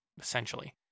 essentially